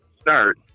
start